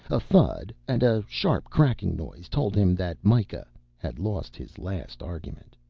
a thud and a sharp cracking noise told him that mikah had lost his last argument.